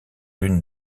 lune